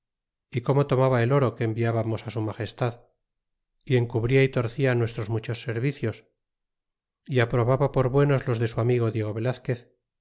y como tomaba el oro que envinamos su magestad y encubria y torcia nuestros muchos servicios y aprobaba por buenos los de su amigo diego velazquez